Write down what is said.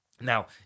Now